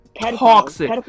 Toxic